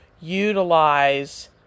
utilize